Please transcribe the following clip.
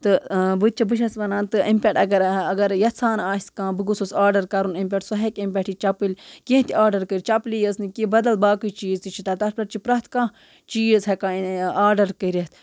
تہٕ بہٕ تہِ چھِ بہٕ چھَس وَنان تہٕ اَمہِ پٮ۪ٹھ اگر اگر یَژھان آسہِ کانٛہہ بہٕ گوٚژھُس آرڈر کَرُن امہِ پٮ۪ٹھ سُہ ہٮ۪کہِ اَمہِ پٮ۪ٹھ یہِ چَپٕلۍ کیٚنٛہہ تہِ آرڈَر کٔرِتھ چَپلی ٲژ نہٕ کیٛنٛہہ بَدَل باقٕے چیٖز تہِ چھِ تَت تَتھ پٮ۪ٹھ چھِ پرٛٮ۪تھ کانٛہہ چیٖز ہٮ۪کان آرڈر کٔرِتھ